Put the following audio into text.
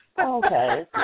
Okay